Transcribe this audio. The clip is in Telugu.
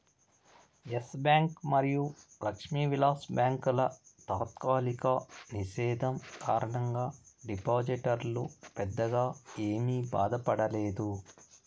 ఎస్ బ్యాంక్ మరియు లక్ష్మీ విలాస్ బ్యాంకుల తాత్కాలిక నిషేధం కారణంగా డిపాజిటర్లు పెద్దగా ఏమీ బాధపడలేదు